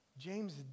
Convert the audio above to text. James